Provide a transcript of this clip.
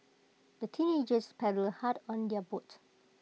the teenagers paddled hard on their boat